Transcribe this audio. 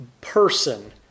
person